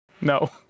No